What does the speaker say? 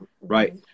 right